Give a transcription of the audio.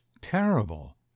terrible